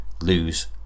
lose